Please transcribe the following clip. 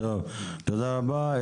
תודה רבה.